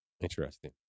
Interesting